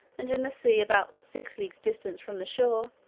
and in the sea about six leagues distant from the shore,